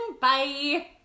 Bye